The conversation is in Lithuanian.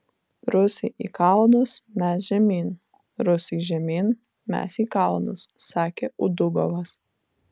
rusai į kalnus mes žemyn rusai žemyn mes į kalnus sakė udugovas